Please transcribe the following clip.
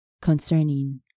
concerning